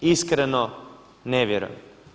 Iskreno ne vjerujem.